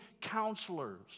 counselors